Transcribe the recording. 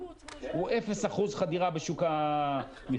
הוא אפס אחוז חדירה בשוק המכתבים.